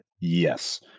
yes